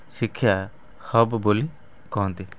ଶିକ୍ଷା ହବ୍ ବୋଲି କୁହନ୍ତି